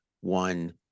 one